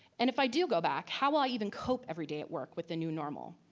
and if i do go back, how will i even cope every day at work with the new normal?